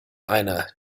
einer